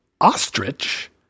Ostrich